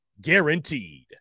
Guaranteed